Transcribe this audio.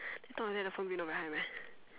no one let the phone below behind meh